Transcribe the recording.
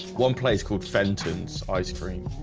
one place called fentons ice-cream